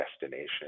destination